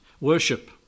worship